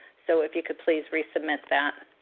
so, if you could please resubmit that.